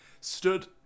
stood